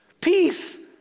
Peace